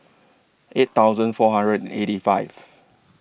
eight thousand four hundred and eighty five